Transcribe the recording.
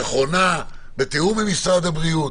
נכונה ובתיאום עם משרד הבריאות.